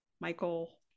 Michael